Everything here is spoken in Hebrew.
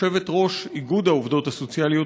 יושבת-ראש איגוד העובדות הסוציאליות,